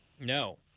No